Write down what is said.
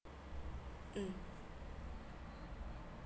mm